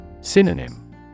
Synonym